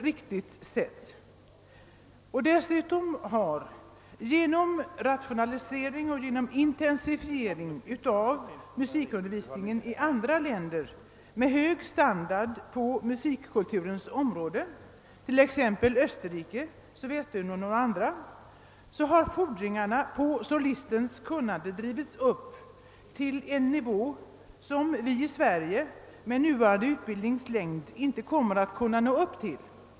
Vidare har rationaliseringen och intensifieringen av musikundervisningen i andra länder med hög musikkulturell standard — t.ex. Österrike och Sovjetunionen — gjort att fordringarna på solistens kunnande har drivits upp till en nivå som vi här i Sverige med nuvarande längd på utbildningen inte kan nå upp till.